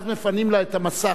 ואז מפנים לה את המסך,